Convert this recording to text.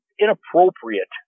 inappropriate